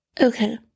Okay